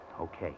Okay